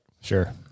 Sure